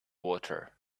water